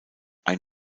ein